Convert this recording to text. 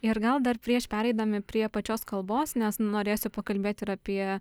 ir gal dar prieš pereidami prie pačios kalbos nes norėsiu pakalbėt ir apie